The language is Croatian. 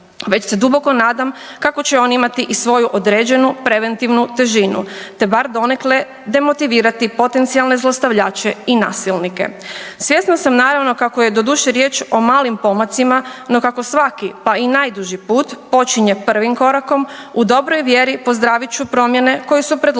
već se duboko nadam kako će on imati i svoju određenu preventivnu težinu te bar donekle demotivirati potencijalne zlostavljače i nasilnike. Svjesna sam naravno kako je doduše riječ o malim pomacima no kako svaki pa i najduži put počinje prvim korakom u dobroj vjeri pozdravit ću promjene koje su predložene